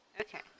okay